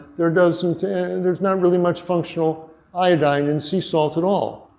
there doesn't and there's not really much functional iodine in sea salt at all.